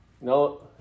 No